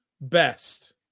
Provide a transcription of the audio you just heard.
best